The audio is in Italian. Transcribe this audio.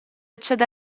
accede